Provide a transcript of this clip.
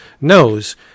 knows